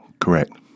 Correct